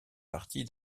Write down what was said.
partie